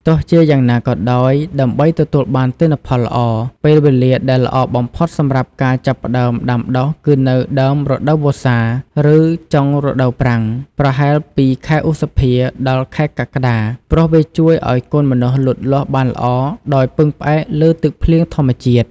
ទោះជាយ៉ាងណាក៏ដោយ ដើម្បីទទួលបានទិន្នផលល្អ ពេលវេលាដែលល្អបំផុតសម្រាប់ការចាប់ផ្តើមដាំដុះគឺនៅ ដើមរដូវវស្សា ឬ ចុងរដូវប្រាំង ប្រហែលពីខែឧសភា ដល់ខែកក្កដា ព្រោះវាជួយឲ្យកូនម្នាស់លូតលាស់បានល្អដោយពឹងផ្អែកលើទឹកភ្លៀងធម្មជាតិ។